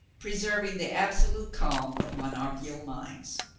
preserving the absolute calm of monarchial minds.